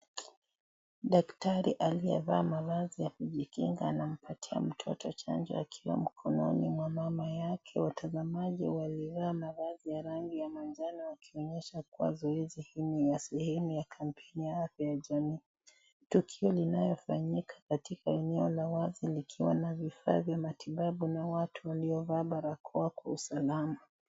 Daktari aliyevaa mavazi ya kujikinga anampatia mtoto chanjo akiwa mkononi mwa mama yake. Watazamaji wamevaa mavazi ya rangi ya manjano wakionyesha kuwa zoezi hili ni ya sehemu ya kampeni ya afya ya jamii. Tukio linayofanyika katika sehemu wazi likiwa na vifaa vya matibabu na watu waliovaa barakoa kusimama.